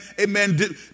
amen